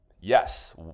Yes